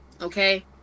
okay